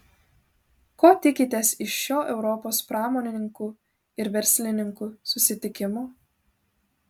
ko tikitės iš šio europos pramonininkų ir verslininkų susitikimo